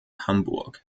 hamburg